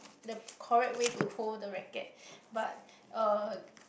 the correct way to hold the racket but uh